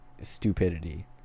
stupidity